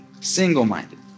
Single-minded